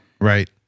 Right